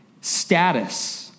status